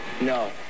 No